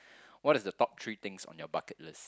what are the top three things on your bucket list